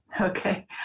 Okay